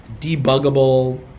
debuggable